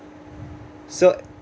so